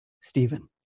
Stephen